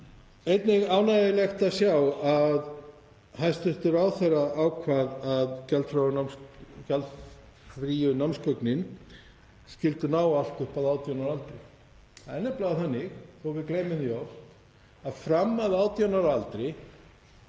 einnig ánægjulegt að sjá að hæstv. ráðherra ákvað að gjaldfrjálsu námsgögnin skyldu ná allt upp að 18 ára aldri. Það er nefnilega þannig, þótt við gleymum því oft, að fram að 18 ára aldri